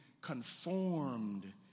conformed